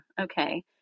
okay